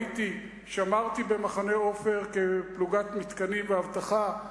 שמרתי במחנה "עופר" כפלוגת מתקנים ואבטחה.